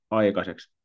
aikaiseksi